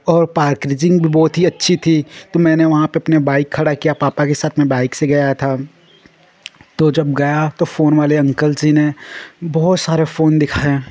और पार्केजिंग भी बहुत अच्छी थी तो मैंने अपना बाइक खड़ा किया पापा के साथ मैं बाइक से गया था तो जब गया फोन वाले अंकल ज़ी ने बहुत सारा फोन दिखाएँ